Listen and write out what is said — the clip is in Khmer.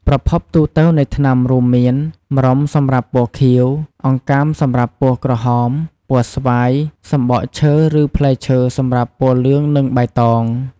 ប្រភពទូទៅនៃថ្នាំរួមមាន ម្រុំសម្រាប់ពណ៌ខៀវ អង្កាមសម្រាប់ពណ៌ក្រហម ពណ៌ស្វាយ សំបកឈើឬផ្លែឈើសម្រាប់ពណ៌លឿងនិងបៃតង។